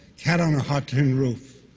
cat on a hot tin roof,